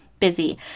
Busy